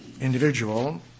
individual